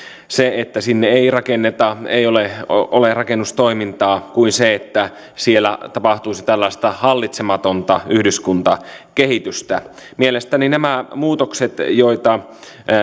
se että sinne ei rakenneta ei ole rakennustoimintaa kuin se että siellä tapahtuisi hallitsematonta yhdyskuntakehitystä mielestäni nämä muutokset joita